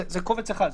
זה קובץ אחד.